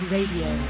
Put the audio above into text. Radio